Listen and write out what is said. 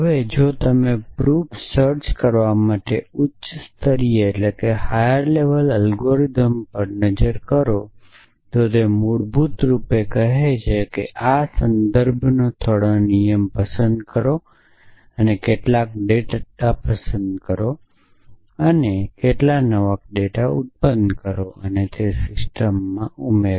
હવે જો તમે પ્રૂફ સર્ચ કરવા માટે ઉચ્ચ સ્તરીય એલ્ગોરિધમ પર નજર કરો તો તે મૂળરૂપે કહે છે કે આ સંદર્ભનો થોડો નિયમ પસંદ કરે છે કેટલાક ડેટા પસંદ કરો અને કેટલાક નવા ડેટા ઉત્પન્ન કરો તેને સિસ્ટમમાં ઉમેરો